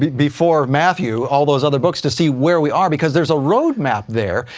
before matthew, all those other books, to see where we are, because there's a roadmap there,